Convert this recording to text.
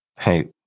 Hey